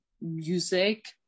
music